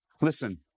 Listen